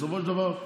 בסופו של דבר,